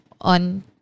on